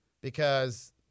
because-